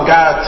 God